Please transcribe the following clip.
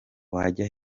wajya